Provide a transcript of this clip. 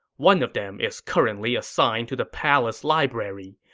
one of them is currently assigned to the palace library.